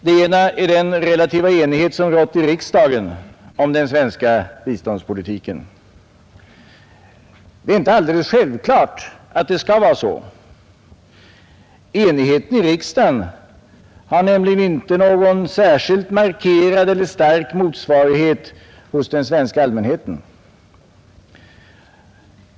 Det ena är den relativa enighet som rått i riksdagen om den svenska biståndspolitiken. Det är inte alldeles självklart att det skall vara så. Enigheten i riksdagen har nämligen inte någon särskilt markerad eller stark motsvarighet hos den svenska allmänheten.